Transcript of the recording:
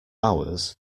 hours